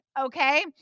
okay